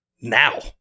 now